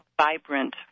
vibrant